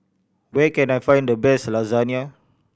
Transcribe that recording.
where can I find the best Lasagne